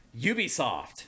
Ubisoft